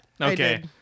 Okay